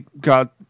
got